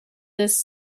this